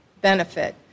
benefit